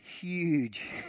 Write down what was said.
huge